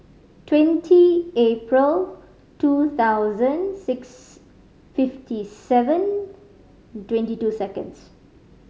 twenty April two thousand six fifty seven twenty two seconds